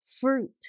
fruit